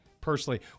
personally